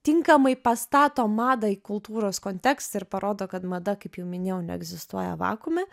tinkamai pastato madą į kultūros kontekstą ir parodo kad mada kaip jau minėjau neegzistuoja vakuume